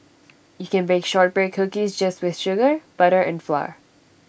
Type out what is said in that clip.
you can bake Shortbread Cookies just with sugar butter and flour